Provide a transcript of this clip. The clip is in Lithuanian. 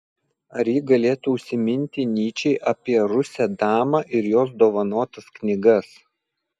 ar ji galėtų užsiminti nyčei apie rusę damą ir jos dovanotas knygas